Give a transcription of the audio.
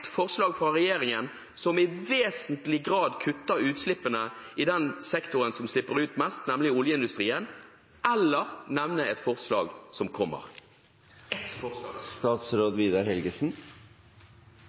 forslag som er pålagt fra SV, Kristelig Folkeparti, Venstre eller de andre opposisjonspartiene – som i vesentlig grad kutter utslippene i den sektoren som slipper ut mest, nemlig oljeindustrien, eller nevne et forslag som kommer? Ett forslag!